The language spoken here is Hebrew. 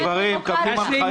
יש דברים, מקבלים הנחיות, מדברים.